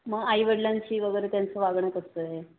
मग आईवडिलांशी वगैरे त्यांचं वागणं कसं आहे